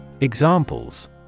Examples